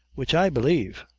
which i b'lieve!